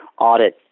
audit